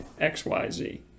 xyz